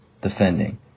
defending